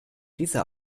dieser